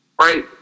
right